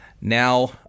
now